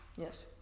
Yes